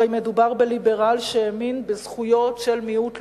הרי מדובר בליברל שהאמין בזכויות של מיעוט לאומי,